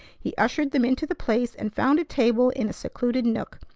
he ushered them into the place, and found a table in a secluded nook,